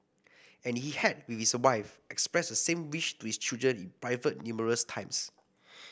and he had with his wife expressed the same wish to his children private numerous times